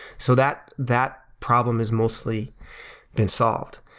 so that that problem is mostly been solved.